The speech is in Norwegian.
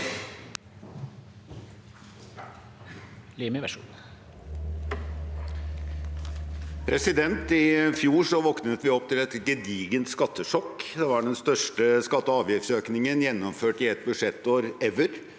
I fjor våknet vi opp til et gedigent skattesjokk. Det var den største skatte- og avgiftsøkningen gjennomført i et budsjettår «ever».